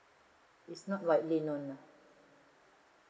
it's not widely known lah